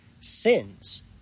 sins